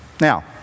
Now